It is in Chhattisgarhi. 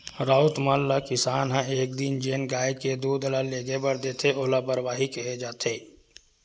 राउत मन ल किसान ह एक दिन जेन गाय के दूद ल लेगे बर देथे ओला बरवाही केहे जाथे